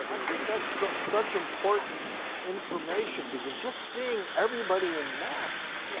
i think that's such important information because just seeing everybody in masks, yeah